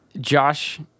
Josh